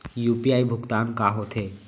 UPI भुगतान का होथे?